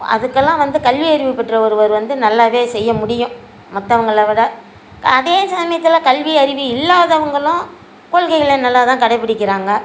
அதுக்கெல்லாம் வந்து கல்வி அறிவு பெற்ற ஒருவர் வந்து நல்லாவே செய்ய முடியும் மற்றவங்கள விட அதே சமயத்தில் கல்வி அறிவு இல்லாதவர்களும் கொள்கைகளை நல்லாதான் கடைப்பிடிக்கிறாங்க